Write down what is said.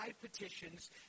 petitions